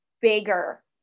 bigger